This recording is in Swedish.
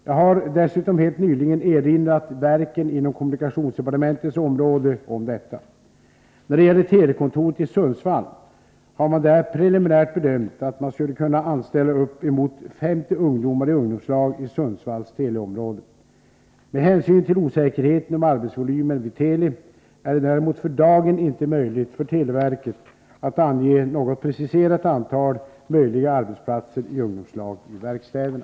Jag har dessutom helt nyligen erinrat verken inom kommunikationsdepartementets område om detta. När det gäller telekontoret i Sundsvall har man där preliminärt bedömt att man skulle kunna anställa uppemot 50 ungdomar i ungdomslag i Sundsvalls teleområde. Med hänsyn till osäkerheten om arbetsvolymen vid Teli är det däremot för dagen inte möjligt för televerket att ange något preciserat antal möjliga arbetsplatser i ungdomslag i verkstäderna.